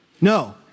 No